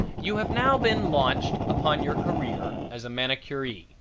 you have now been launched upon your career as a manicuree.